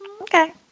Okay